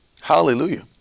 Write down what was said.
Hallelujah